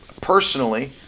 personally